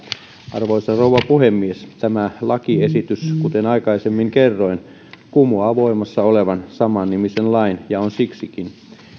arvoisa rouva puhemies tämä lakiesitys kuten aikaisemmin kerroin kumoaa voimassa olevan samannimisen lain ja on siksikin